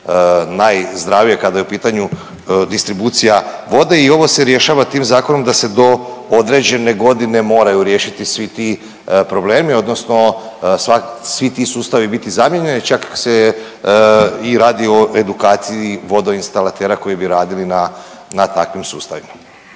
najzdravije kada je u pitanju distribucija vode. I ovo se rješava tim zakonom da se do određene godine moraju riješiti svi ti problemi, odnosno svi ti sustavi biti zamijenjeni. Čak se i radi o edukaciji vodoinstalatera koji bi radili na takvim sustavima.